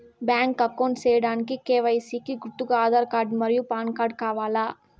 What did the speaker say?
Bank account సేయడానికి KYC కి గుర్తుగా ఆధార్ కార్డ్ మరియు పాన్ కార్డ్ కావాలా?